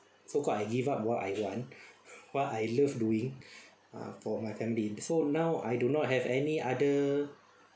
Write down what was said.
so called I give up what I want what I love doing ah for my family so now I do not have any other